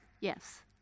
Yes